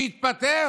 שיתפטר.